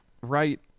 right